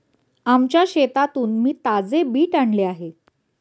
आमच्या शेतातून मी ताजे बीट आणले आहे